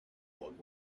old